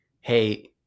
hey